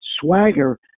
Swagger